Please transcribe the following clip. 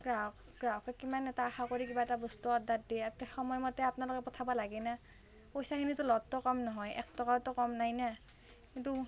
গ্ৰাহক গ্ৰাহকে কিমান এটা আশা কৰি কিবা এটা বস্তু অৰ্ডাৰ দিয়ে ইয়াতে সময়মতে আপোনালোকে পঠাব লাগে ন' পইচাখিনিতো লওঁতে কম নহয় এক টকাওতো কম নাই ন' কিন্তু